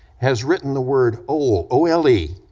has written the word ole, o l e,